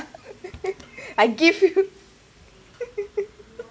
I give you